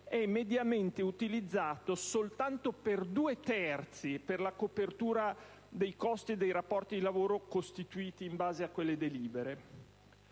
mediamente utilizzato soltanto per due terzi per la copertura dei costi dei rapporti di lavoro costituiti in base a quelle delibere;